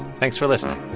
thanks for listening